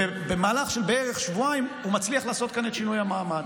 ובמהלך של בערך שבועיים הוא מצליח לעשות כאן את שינוי המעמד.